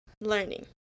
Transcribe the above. learning